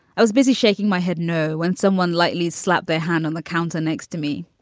i was busy shaking my head no when someone lightly slapped their hand on the counter next to me.